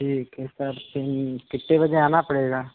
ठीक है सर फिर कितने बजे आना पड़ेगा